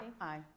Aye